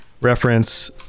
reference